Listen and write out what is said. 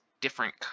different